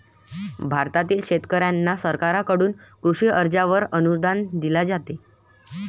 भारतातील शेतकऱ्यांना सरकारकडून कृषी कर्जावर अनुदान दिले जाते